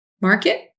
market